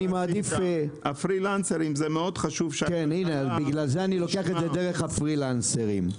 מאוד חשוב לדבר על הפרילנסרים.